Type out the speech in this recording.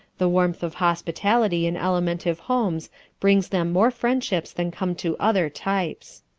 the warmth of hospitality in alimentive homes brings them more friendships than come to other types.